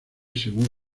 según